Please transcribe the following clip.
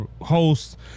host